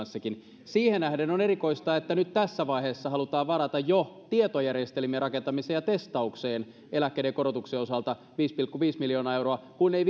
kanssa siihen nähden on erikoista että jo nyt tässä vaiheessa halutaan varata tietojärjestelmien rakentamiseen ja testaukseen eläkkeiden korotuksen osalta viisi pilkku viisi miljoonaa euroa kun ei